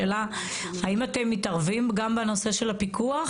אז השאלה האם אתם מתערבים גם בנושא של הפיקוח?